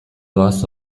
doaz